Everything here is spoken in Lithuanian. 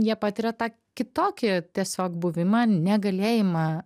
jie patiria tą kitokį tiesiog buvimą negalėjimą